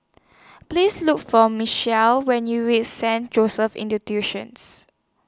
Please Look For when YOU REACH Saint Joseph's Institutions